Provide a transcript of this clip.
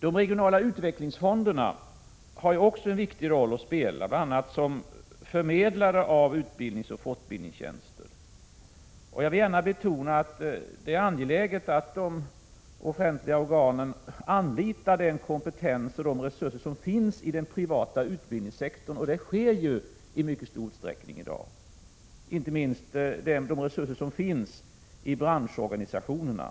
De regionala utvecklingsfonderna har också en viktig roll att spela bl.a. som förmedlare av utbildningsoch fortbildningstjänster. Jag vill gärna betona att det är angeläget att de offentliga organen anlitar den kompetens och de resurser som finns i den privata utbildningssektorn. Det sker ju också i mycket stor utsträckning i dag. Inte minst utnyttjas de resurser som finns i branschorganisationerna.